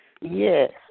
Yes